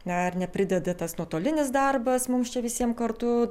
dar neprideda tas nuotolinis darbas mums čia visiems kartu